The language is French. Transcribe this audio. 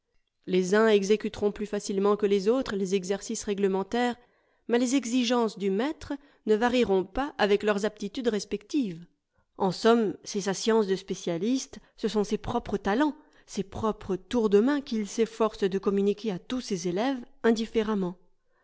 les uns exécuteront plus facilement que les autres les exercices réglementaires mais les exigences du maître ne varieront pas avec leurs aptitudes respectives en somme c'est sa science de spécialiste ce sont ses propres talents ses propres tours de main qu'il s'efforce de communiquer à tous ses élèves indifféremment